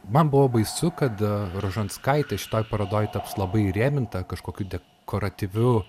man buvo baisu kada rožanskaitė šitoj parodoj taps labai įrėminta kažkokiu dekoratyviu